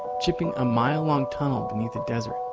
chipping a mile-long tunnel beneath the desert,